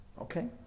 Okay